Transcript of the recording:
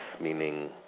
meaning